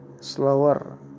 slower